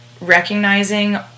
recognizing